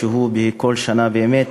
שבאמת